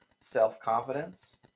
Self-confidence